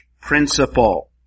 principle